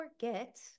forget